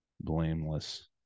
blameless